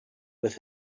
with